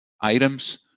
items